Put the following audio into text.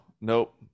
nope